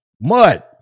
mud